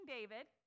David